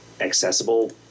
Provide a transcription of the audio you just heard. accessible